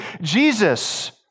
Jesus